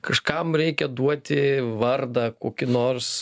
kažkam reikia duoti vardą kokį nors